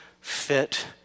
fit